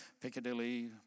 Piccadilly